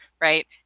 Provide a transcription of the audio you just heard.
right